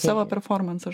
savo performanso